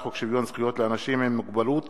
חוק שוויון זכויות לאנשים עם מוגבלות